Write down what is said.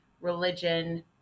religion